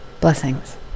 Blessings